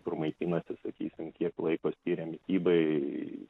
kur maitinasi sakysim kiek laiko skiria mitybai